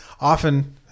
Often